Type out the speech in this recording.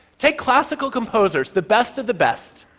take classical composers, the best of the best.